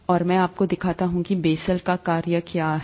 और मैं आपको दिखाता हूं कि बेसेल का कार्य क्या है